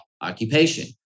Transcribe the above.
occupation